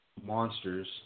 monsters